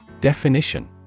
Definition